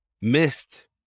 missed